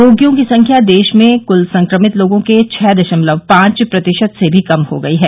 रोगियों की संख्या देश में कुल संक्रमित लोगों के छः दशमलव पांच प्रतिशत से भी कम हो गई है